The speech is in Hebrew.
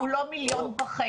הוא לא 1.5 מיליון.